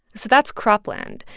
so that's cropland.